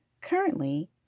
Currently